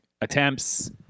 Attempts